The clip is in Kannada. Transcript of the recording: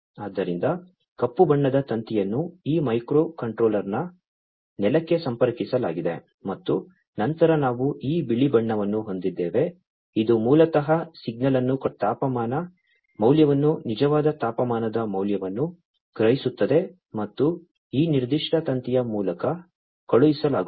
ಆದ್ದರಿಂದ ಕಪ್ಪು ಬಣ್ಣದ ತಂತಿಯನ್ನು ಈ ಮೈಕ್ರೊಕಂಟ್ರೋಲರ್ನ ನೆಲಕ್ಕೆ ಸಂಪರ್ಕಿಸಲಾಗಿದೆ ಮತ್ತು ನಂತರ ನಾವು ಈ ಬಿಳಿ ಬಣ್ಣವನ್ನು ಹೊಂದಿದ್ದೇವೆ ಇದು ಮೂಲತಃ ಸಿಗ್ನಲ್ ಅನ್ನು ಕಳುಹಿಸುವ ತಾಪಮಾನ ಮೌಲ್ಯವನ್ನು ನಿಜವಾದ ತಾಪಮಾನದ ಮೌಲ್ಯವನ್ನು ಗ್ರಹಿಸುತ್ತದೆ ಮತ್ತು ಈ ನಿರ್ದಿಷ್ಟ ತಂತಿಯ ಮೂಲಕ ಕಳುಹಿಸಲಾಗುತ್ತದೆ